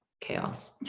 chaos